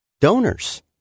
donors